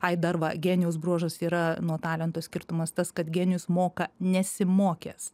ai dar va genijaus bruožas yra nuo talento skirtumas tas kad genijus moka nesimokęs